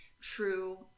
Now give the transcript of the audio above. true